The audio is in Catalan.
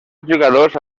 jugadors